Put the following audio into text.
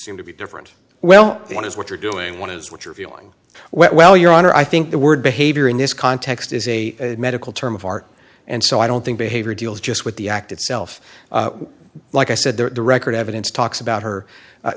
seem to be different well one is what you're doing one is what you're feeling well your honor i think the word behavior in this context is a medical term of art and so i don't think behavior deals just with the act itself like i said that the record evidence talks about her